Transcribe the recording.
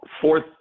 fourth